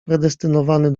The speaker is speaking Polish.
predestynowany